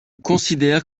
considère